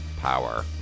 Power